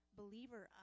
believer